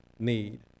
Need